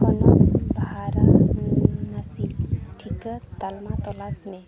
ᱦᱚᱱᱚᱛ ᱵᱟᱨᱟᱱᱚᱥᱤ ᱴᱤᱠᱟᱹ ᱛᱟᱞᱢᱟ ᱛᱚᱞᱟᱥ ᱢᱮ